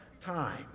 time